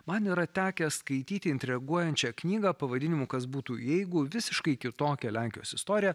man yra tekę skaityti intriguojančią knygą pavadinimu kas būtų jeigu visiškai kitokią lenkijos istoriją